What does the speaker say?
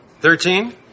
Thirteen